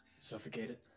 Suffocated